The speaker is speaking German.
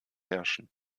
herrschen